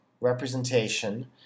representation